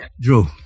Drew